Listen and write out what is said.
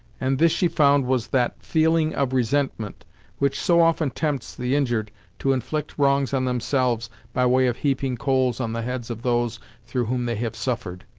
and this she found was that feeling of resentment which so often tempts the injured to inflict wrongs on themselves by way of heaping coals on the heads of those through whom they have suffered.